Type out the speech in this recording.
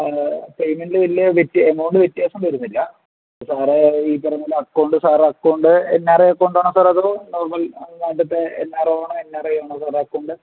പേയ്മെൻ്റിൽ വലിയ എമൗണ്ട് വ്യത്യാസം വരുന്നില്ല സാറ് ഈ പറഞ്ഞതുപോലെ account sir account N R I അക്കൗണ്ടാണോ സാറ് അതോ നോർമൽ നാട്ടിലത്തെ എൻ ആർ ഒ ആണോ എൻ ആർ ഐയാണോ സാറിൻ്റെ അക്കൗണ്ട്